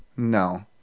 No